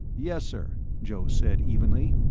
yes, sir, joe said evenly.